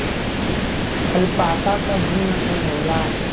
alpaca क दू नसल होला